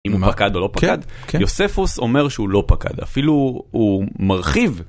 יוספוס אומר שהוא לא פקד אפילו הוא מרחיב.